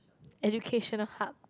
educational hub